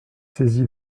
saisi